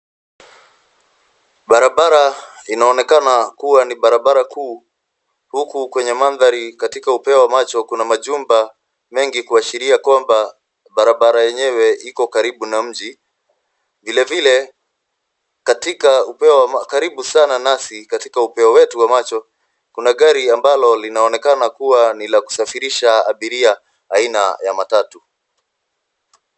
Barabara inaonekana kuwa ni barabara kuu huku kwenye mandhari katika upeo wa macho kuna majumba mengi kuashiria kwamba barabara yenyewe iko karibu na mji. Vilevile karibu sana nasi katika upeo wetu wa macho kuna gari ambalo linaonekana kuwa ni la kusafirisha abiria aina ya matatu.